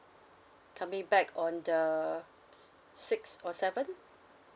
coming back on the s~ sixth or seventh